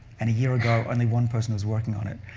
and a year ago, only one person was working on it.